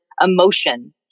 emotion